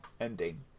ending